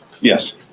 yes